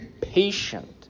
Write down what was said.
patient